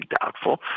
doubtful